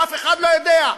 אף אחד לא יודע.